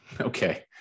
okay